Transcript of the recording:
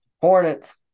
Hornets